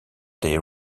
des